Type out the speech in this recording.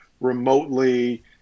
remotely